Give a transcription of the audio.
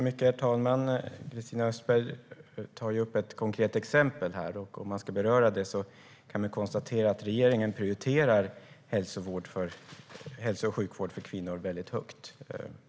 Herr talman! Christina Östberg tar upp ett konkret exempel. Om jag ska kommentera det vill jag framhålla att regeringen prioriterar hälso och sjukvård för kvinnor väldigt högt.